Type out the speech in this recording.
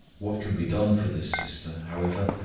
what can be done for this sister, however,